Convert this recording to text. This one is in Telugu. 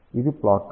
ఇది ప్లాట్లు